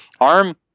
ARM